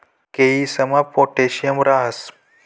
केयीसमा पोटॅशियम राहस